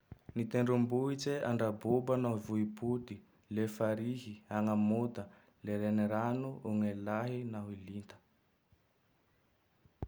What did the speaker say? Gny tendrombohitse: Andraboba nao Ivohipoty. Le farihy: Agnamota. Le regniragno: Ognelahy na Ilinta.